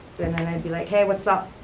then i might be like, hey, what's up?